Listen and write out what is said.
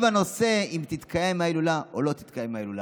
הנושא אם תתקיים ההילולה או לא תתקיים ההילולה.